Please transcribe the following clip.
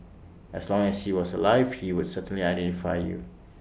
as long as he was alive he would certainly identify you